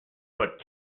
but